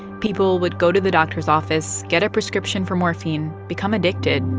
people would go to the doctor's office, get a prescription for morphine, become addicted,